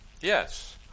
Yes